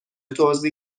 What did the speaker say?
توزیع